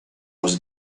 was